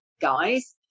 guys